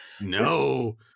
No